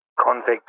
convict